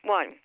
One